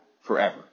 forever